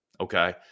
Okay